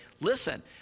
listen